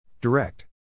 Direct